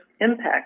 impact